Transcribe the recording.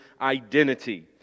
identity